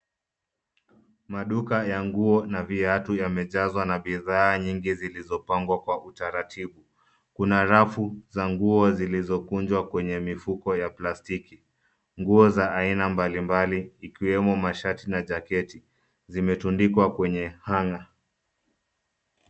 Maduka ya nguo na viatu yamejazwa na bidhaa nyingi zilizopangwa Kwa utaratibu. Kuna rafu za nguo zilizokunjwa kwenye mifuko ya plastiki. Nguo za aina mbalimbali ikiwemo mashati na jaketi zimetundikwa kwenye hanger .